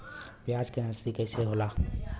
प्याज के नर्सरी कइसे होला?